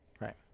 Right